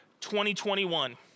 2021